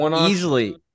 Easily